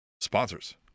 sponsors